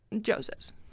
Joseph's